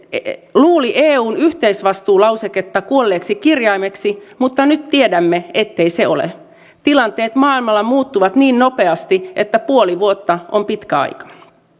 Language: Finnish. luuli eun yhteisvastuulauseketta kuolleeksi kirjaimeksi mutta nyt tiedämme ettei se ole tilanteet maailmalla muuttuvat niin nopeasti että puoli vuotta on pitkä aika